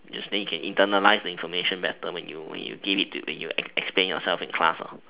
yes then you can internalise the information better when you when you give it to when you explain yourself in class